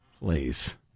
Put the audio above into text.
please